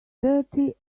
thirty